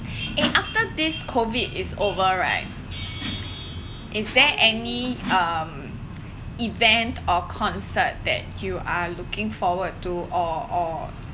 eh after this COVID is over right is there any um event or concert that you are looking forward to or or